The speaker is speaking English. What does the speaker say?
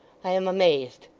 i am amazed.